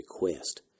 request